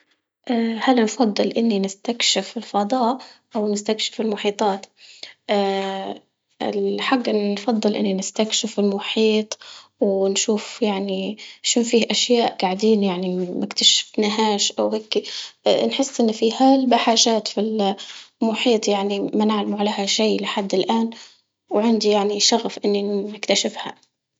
هل نفضل إني نستكشف الفضاء أو نستكشف المحيطات؟ الحق إني نفض إني نستكشف المحيط ونشوف يعني شو في أشياء قاعدين يعني ما اكتشفنهاش أو هيكي، نحس إن فيها هلبة حاجات بال- بالمحيط يعني ما نعلموا عليها شي لحد الآن وعندي يعني شغف إني نكتشفها.